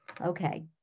okay